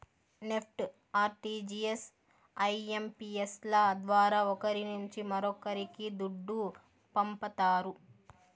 NEFT, RTGS, IMPS ల ద్వారా ఒకరి నుంచి మరొక్కరికి దుడ్డు పంపతారు